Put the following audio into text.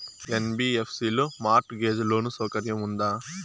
NBFC లో mortgage loan సౌకర్యం ఉందా?